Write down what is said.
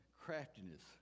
craftiness